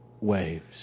waves